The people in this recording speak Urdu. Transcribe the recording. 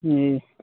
جی